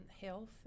health